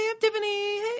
Tiffany